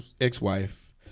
ex-wife